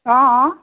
অঁ অঁ